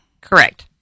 correct